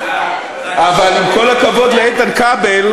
אבל עם כל הכבוד לאיתן כבל,